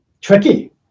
tricky